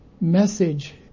message